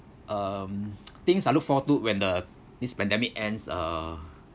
um things I look for to when the this pandemic ends uh